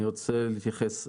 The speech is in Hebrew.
אני רוצה להתייחס.